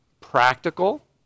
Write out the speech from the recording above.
practical